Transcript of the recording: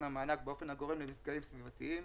המענק באופן הגורם למפגעים סביבתיים,